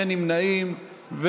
אין נמנעים.